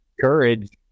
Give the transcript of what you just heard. courage